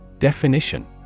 Definition